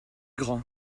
grand